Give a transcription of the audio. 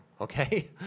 okay